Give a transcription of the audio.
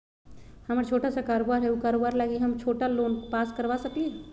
हमर छोटा सा कारोबार है उ कारोबार लागी हम छोटा लोन पास करवा सकली ह?